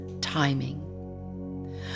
timing